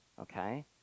Okay